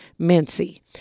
Mincy